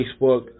Facebook